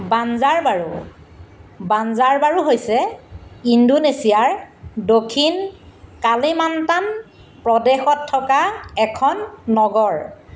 Banjarbaru Banjarbaru হৈছে ইণ্ডোনেছিয়াৰ দক্ষিণ কালিমাণ্টান প্ৰদেশত থকা এখন নগৰ